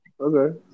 okay